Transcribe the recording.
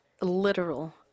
literal